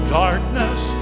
darkness